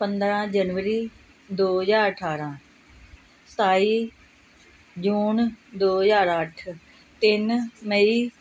ਪੰਦਰਾਂ ਜਨਵਰੀ ਦੋ ਹਜ਼ਾਰ ਅਠਾਰਾਂ ਸਤਾਈ ਜੂਨ ਦੋ ਹਜ਼ਾਰ ਅੱਠ ਤਿੰਨ ਮਈ